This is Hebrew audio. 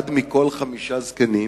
אחד מכל חמישה זקנים